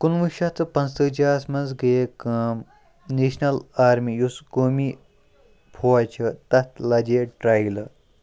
کُنہٕ وُہ شٮ۪تھ تہٕ پانٛژھ تٲجی ہَس منٛز گٔیے کٲم نیشنَل آرمی یُس قومی فوج چھِ تَتھ لجے ٹرٛایلہٕ